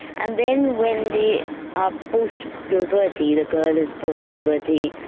and then when they are post-puberty, the girl is post-puberty,